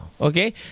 okay